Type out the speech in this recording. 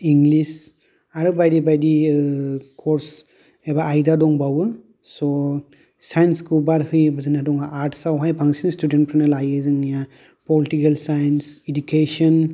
English आरो बायदि बायदि कर्स एबा आयदा दंबावो स' साइन्सखौ बादहोयोबा जोंना दङ आर्ट्स आवहाय बांसिन स्टुडेनफ्रानो लायो जोंनिया पलिटिकेल साइन्स इडुकेसन